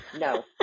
No